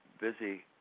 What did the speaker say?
busy